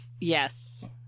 yes